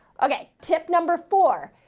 okay. tip number four.